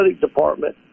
department